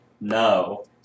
no